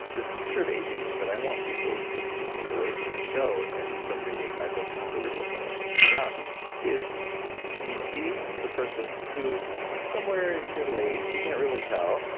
the picture of aging that i want people to to take away from the show and from reading my book and hopefully, your book when it comes out. yeah is you see the person who's somewhere in middle age, you can't really tell,